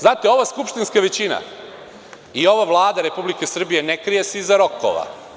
Znate, ova skupštinska većina i ova Vlada Republike Srbije se ne krije iza rokova.